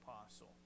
apostle